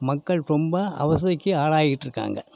மக்கள் ரொம்ப அவஸ்தைக்கு ஆளாகிட்ருக்காங்க